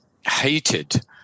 hated